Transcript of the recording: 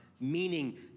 meaning